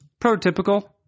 Prototypical